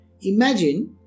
Imagine